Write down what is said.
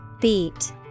Beat